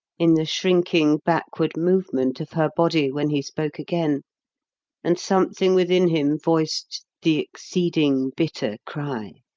in the shrinking backward movement of her body when he spoke again and something within him voiced the exceeding bitter cry.